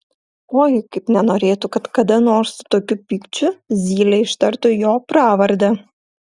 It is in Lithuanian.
oi kaip nenorėtų kad kada nors su tokiu pykčiu zylė ištartų jo pravardę